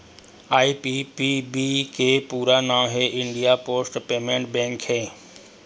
IPPB के पूरा नांव हे इंडिया पोस्ट पेमेंट बेंक हे